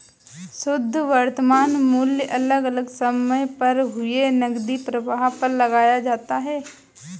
शुध्द वर्तमान मूल्य अलग अलग समय पर हुए नकदी प्रवाह पर लगाया जाता है